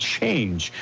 Change